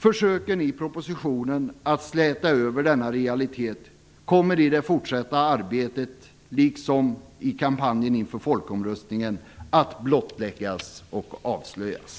Försöken i propositionen att släta över denna realitet kommer i det fortsatta arbetet, liksom i kampanjen inför folkomröstningen, att blottläggas och avslöjas.